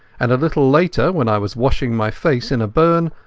and a little later, when i was washing my face in a burn,